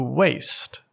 waste